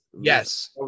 yes